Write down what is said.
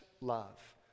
love